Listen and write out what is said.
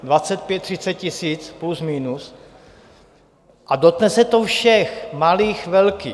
Dvacet pět, třicet tisíc, plus minus, a dotkne se to všech, malých, velkých.